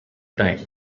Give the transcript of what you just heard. time